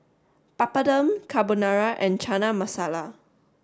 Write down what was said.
Papadum Carbonara and Chana Masala